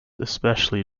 especially